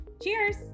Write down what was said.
cheers